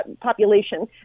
population